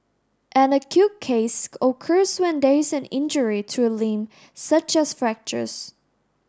an acute case occurs when there is injury to a limb such as fractures